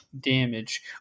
damage